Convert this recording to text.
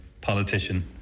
politician